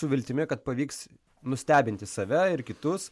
su viltimi kad pavyks nustebinti save ir kitus